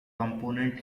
component